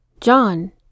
John